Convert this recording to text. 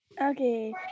Okay